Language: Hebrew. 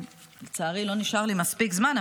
לצערי לא נשאר לי מספיק זמן,